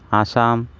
Assam